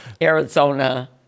Arizona